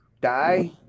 die